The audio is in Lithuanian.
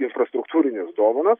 infrastruktūrines dovanas